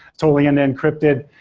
totally unencrypted,